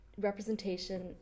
representation